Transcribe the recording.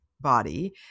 body